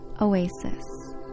oasis